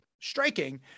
Striking